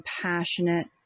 compassionate